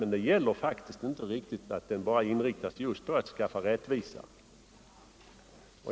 Men den utredning jag föreslagit skulle faktiskt bara inriktas på att skapa rättvisa.